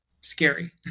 scary